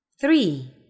three